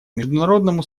международному